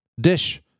dish